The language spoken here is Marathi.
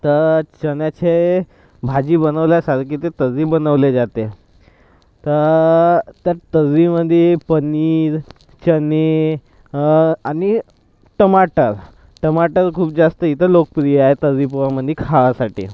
तर चण्याचे भाजी बनवल्यासारखी ते तर्री बनवले जाते तर त्या तर्रीमध्ये पनीर चणे आणि टमाटर टमाटर खूप जास्त इथं लोकप्रिय आहे तर्री पोहामध्ये खायासाठी